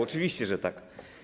Oczywiście, że tak.